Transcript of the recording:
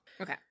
Okay